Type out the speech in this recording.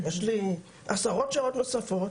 יש לי עשרות שעות נוספות.